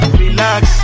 relax